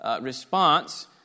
response